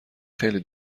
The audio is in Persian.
خیلی